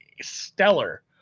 stellar